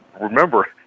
remember